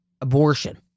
abortion